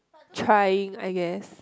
trying I guess